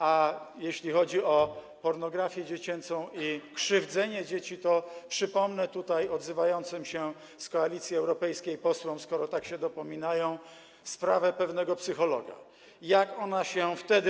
A jeśli chodzi o pornografię dziecięcą i krzywdzenie dzieci, to przypomnę tutaj odzywającym się z Koalicji Europejskiej posłom, skoro tak się dopominają, sprawę pewnego psychologa, to, jak ona się wtedy.